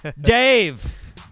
Dave